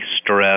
stress